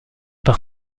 par